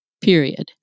Period